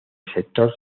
sector